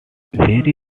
very